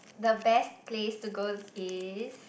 the best place to go is